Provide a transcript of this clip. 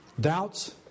doubts